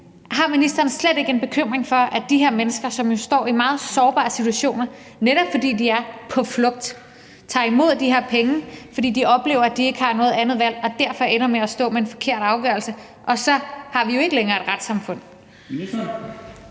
Har ministeren slet ikke en bekymring for, at de her mennesker, som jo står i meget sårbare situationer, netop fordi de er på flugt, tager imod de her penge, fordi de oplever, at de ikke har noget andet valg, og derfor ender med at stå med en forkert afgørelse? Så har vi jo ikke længere et retssamfund.